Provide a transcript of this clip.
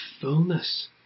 fullness